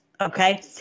Okay